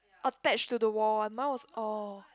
attached to the wall [one] my was orh